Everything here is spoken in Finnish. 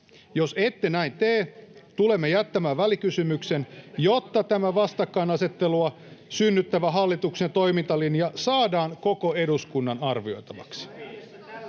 Jos ette näin tee, tulemme jättämään välikysymyksen, [Timo Heinonen: Se sopii!] jotta tämä vastakkainasettelua synnyttävä hallituksen toimintalinja saadaan koko eduskunnan arvioitavaksi.